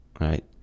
right